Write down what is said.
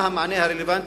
מה המענה הרלוונטי,